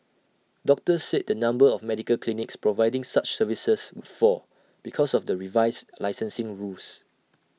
doctors said the number of medical clinics providing such services would fall because of the revised licensing rules